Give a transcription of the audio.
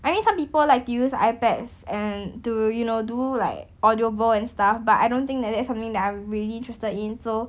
I mean some people like to use iPads and to you know do like Audible and stuff but I don't think that that's something that I'm really interested in so